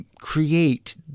create